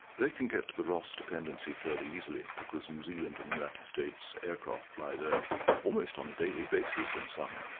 they can get to the ross dependency fairly easily because new zealand and united states aircraft fly there almost on a daily basis in summer.